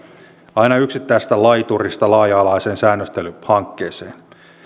aina yksittäisestä laiturista laaja alaiseen säännöstelyhankkeeseen